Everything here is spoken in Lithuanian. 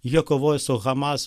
jie kovoja su hamas